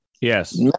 Yes